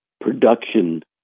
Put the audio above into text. production